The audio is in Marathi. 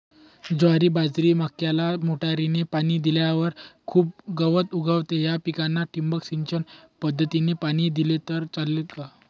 ज्वारी, बाजरी, मक्याला मोटरीने पाणी दिल्यावर खूप गवत उगवते, या पिकांना ठिबक सिंचन पद्धतीने पाणी दिले तर चालेल का?